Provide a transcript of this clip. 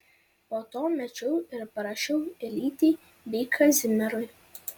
po to mečiau ir parašiau elytei bei kazimierui